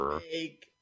Fake